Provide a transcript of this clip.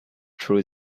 through